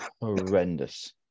horrendous